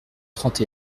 trente